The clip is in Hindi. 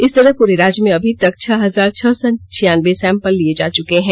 इस तरह पूरे राज्य में अभी तक छह हजार छह सौ छियानबे सैंपल लिए जा चुके हैं